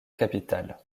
capital